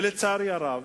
ולצערי הרב,